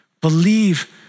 Believe